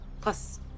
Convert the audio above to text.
plus